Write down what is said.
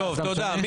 תודה.